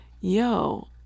yo